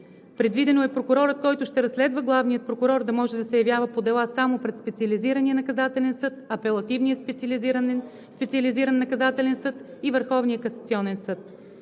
Предвидено е прокурорът, който ще разследва главния прокурор, да може да се явява по дела само пред Специализирания наказателен съд, Апелативния специализиран наказателен съд и